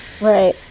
right